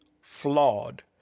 flawed